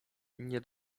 nie